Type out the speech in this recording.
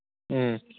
ꯎꯝ